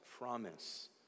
promise